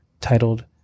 titled